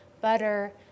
butter